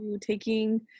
taking